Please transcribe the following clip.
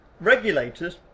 regulators